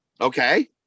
Okay